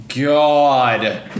God